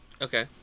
Okay